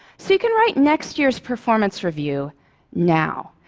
so you can write next year's performance review now.